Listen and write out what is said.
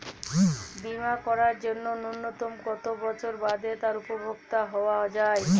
বীমা করার জন্য ন্যুনতম কত বছর বাদে তার উপভোক্তা হওয়া য়ায়?